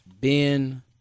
Ben